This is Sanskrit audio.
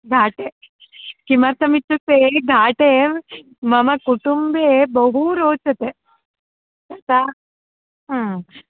घाटे किमर्थमित्युक्ते घाटे मम कुटुम्बे बहु रोचते तथा